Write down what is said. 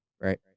Right